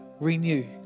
Renew